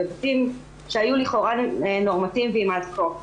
בבתים שהיו לכאורה נורמטיביים עד כה.